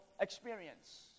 experience